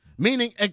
Meaning